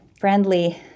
friendly